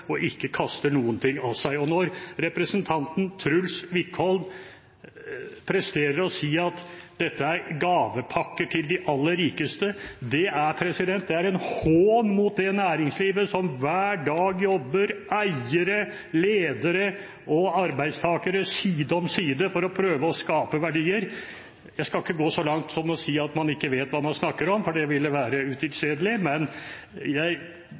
og ikke kaster noen ting av seg. Når representanten Truls Wickholm presterer å si at dette er gavepakker til de aller rikeste, er det en hån mot det næringslivet som hver dag jobber – eiere, ledere og arbeidstakere side om side – for å prøve å skape verdier. Jeg skal ikke gå så langt som å si at man ikke vet hva man snakker om, for det ville være utilstedelig, men